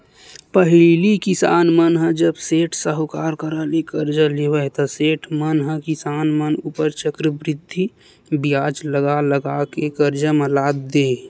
पहिली किसान मन ह जब सेठ, साहूकार करा ले करजा लेवय ता सेठ मन ह किसान मन ऊपर चक्रबृद्धि बियाज लगा लगा के करजा म लाद देय